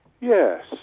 Yes